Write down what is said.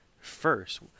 first